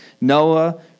Noah